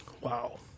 Wow